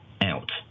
out